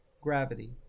gravity